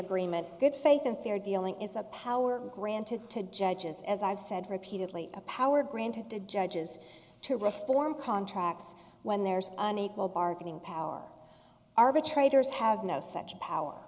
agreement good faith and fair dealing is a power granted to judges as i've said repeatedly a power granted to judges to reform contracts when there's unequal bargaining power arbitrators have no such power